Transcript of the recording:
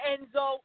Enzo